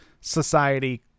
society